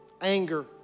anger